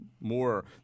more –